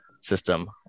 system